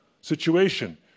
situation